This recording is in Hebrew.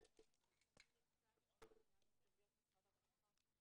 ננעלה בשעה 12:37.